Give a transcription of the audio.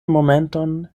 momenton